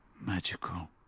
...magical